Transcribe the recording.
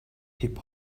hip